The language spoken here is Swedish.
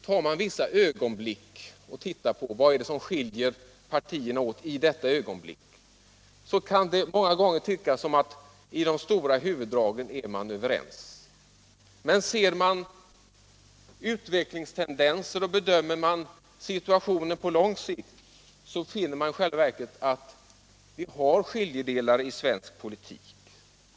Tar man vissa ögonblick och tittar på vad det är som skiljer partierna åt i de ögonblicken, kan det många gånger tyckas att vi i de stora huvuddragen är överens. Men ser man till utvecklingstendenser och bedömer situationen på lång sikt, finner man att det i själva verket finns vitt skilda linjer i svensk utrikespolitik.